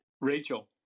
Rachel